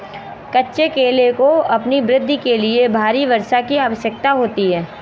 कच्चे केले को अपनी वृद्धि के लिए भारी वर्षा की आवश्यकता होती है